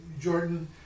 Jordan